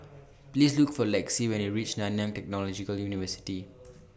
Please Look For Lexi when YOU REACH Nanyang Technological University